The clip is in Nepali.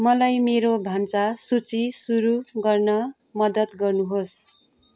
मलाई मेरो भान्सा सूची सुरु गर्न मद्दत गर्नुहोस्